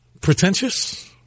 pretentious